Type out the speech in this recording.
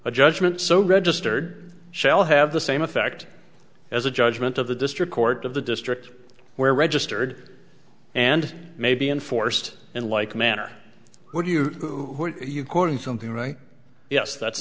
a judgment so registered shall have the same effect as the judgment of the district court of the district where registered and may be enforced in like manner would you who you cornered something right yes that's